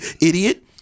idiot